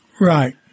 right